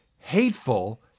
Hateful